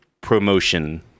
promotion